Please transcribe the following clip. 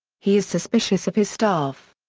he is suspicious of his staff.